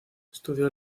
estudió